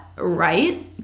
right